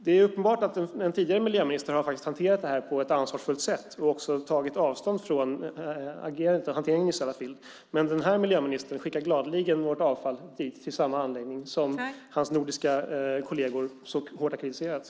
Det är uppenbart att den tidigare miljöministern har hanterat detta på ett ansvarsfullt sätt och också tagit avstånd från agerandet och hanteringen i Sellafield. Den här miljöministern skickar gladeligen vårt avfall till den anläggning som hans nordiska kolleger så hårt har kritiserat.